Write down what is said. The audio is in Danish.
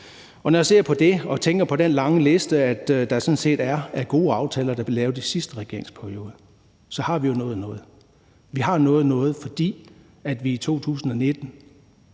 og når jeg ser på det og tænker på den lange liste, der sådan set er af gode aftaler, der blev lavet i sidste regeringsperiode, så har vi jo nået noget. Vi har nået noget, fordi vi i 2019